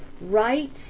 right